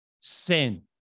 sin